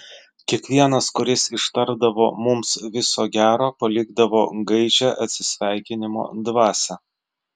kiekvienas kuris ištardavo mums viso gero palikdavo gaižią atsisveikinimo dvasią